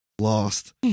Lost